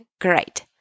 great